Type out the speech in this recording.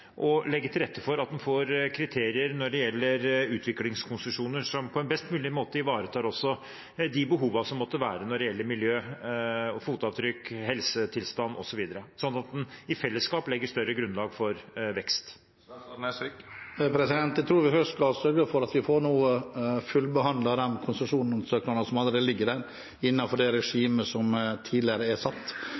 og legge til rette for at en får kriterier når det gjelder utviklingskonsesjoner, som på best mulig måte ivaretar også de behovene som måtte være når det gjelder miljø- og fotavtrykk, helsetilstand, osv. – så en i fellesskap legger større grunnlag for vekst? Jeg tror vi først skal sørge for at vi nå får fullbehandlet de konsesjonssøknadene som allerede ligger der, innenfor det regimet som tidligere er satt.